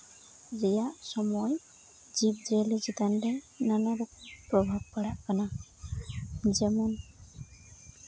ᱨᱮᱭᱟᱜ ᱥᱚᱢᱚᱭ ᱡᱤᱵᱽᱼᱡᱤᱭᱟᱹᱞᱤ ᱪᱮᱛᱟᱱ ᱨᱮ ᱱᱟᱱᱟ ᱨᱚᱠᱚᱢ ᱯᱨᱚᱵᱷᱟᱵᱽ ᱯᱟᱲᱟᱜ ᱠᱟᱱᱟ ᱡᱮᱢᱚᱱ